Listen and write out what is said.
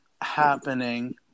happening